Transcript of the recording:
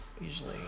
usually